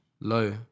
low